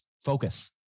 focus